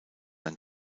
ein